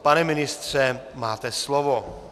Pane ministře, máte slovo.